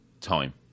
time